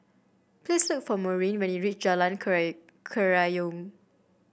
please look for Maureen when you reach Jalan Kerayong